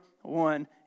one